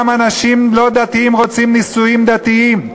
גם אנשים לא דתיים רוצים נישואים דתיים,